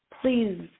please